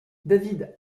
david